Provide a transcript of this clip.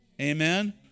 Amen